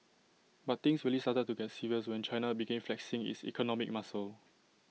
but things really started to get serious when China began flexing its economic muscle